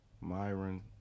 Myron